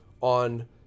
on